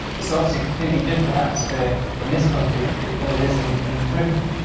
it's obviously a completely different atmosphere in this country than it is in in britain.